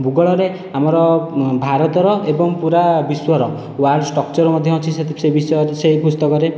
ଭୂଗୋଳରେ ଆମର ଭାରତର ଏବଂ ପୁରା ବିଶ୍ଵର ୱାର୍ଲଡ଼ ଷ୍ଟ୍ରକଚର ମଧ୍ୟ ଅଛି ସେ ବିଷୟରେ ସେ ପୁସ୍ତକରେ